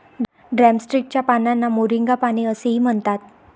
drumstick च्या पानांना moringa पाने असेही म्हणतात